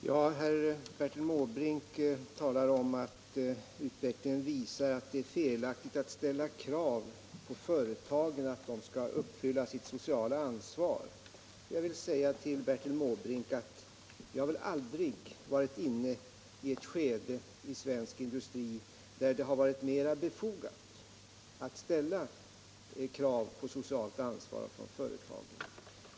Herr talman! Bertil Måbrink talar om att utvecklingen visar att det är felaktigt att ställa kravet på företagen att de skall uppfylla sitt sociala ansvar. Jag vill säga till Bertil Måbrink att vi har väl aldrig varit inne i ett skede för svensk industri där det har varit mer befogat att ställa krav på socialt ansvar hos företagen.